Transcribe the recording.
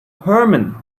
herman